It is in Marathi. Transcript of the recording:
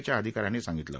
च्या अधिकाऱ्यांनी सांगितलं